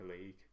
League